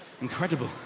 Incredible